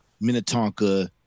Minnetonka